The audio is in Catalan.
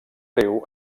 riu